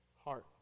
Heart